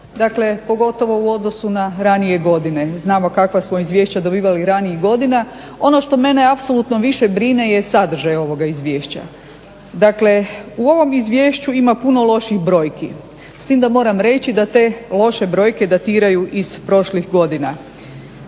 dakle pogotovo u odnosu na ranije godine. Mi znamo kakva smo izvješća dobivali i ranijih godina, ono što mene apsolutno više brine je sadržaj ovoga izvješća. Dakle, u ovom izvješću ima puno loših brojki, s tim da moram reći da te loše brojke datiraju iz prošlih godina.